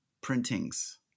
printings